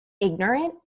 ignorant